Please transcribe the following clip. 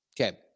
Okay